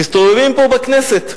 מסתובבים פה בכנסת.